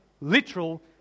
literal